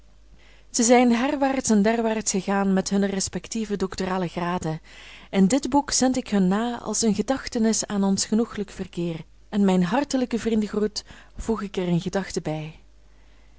zij zijn herwaarts en derwaarts gegaan met hunne respectieve doctorale graden en dit boek zend ik hun na als eene gedachtenis aan ons genoegelijk verkeer en mijn hartelijken vriendengroet voeg ik er in gedachte bij